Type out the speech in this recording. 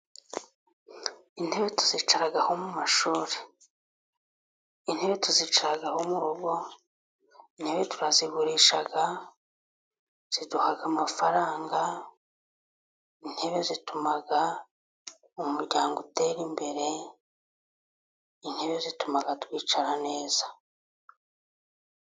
Intebe tuzicaraho mu mashuri, intebe tuzicaraho murugo, intebe turazigurisha ziduha amafaranga. Intebe zituma umuryango utera imbere, intebe zituma twicara neza.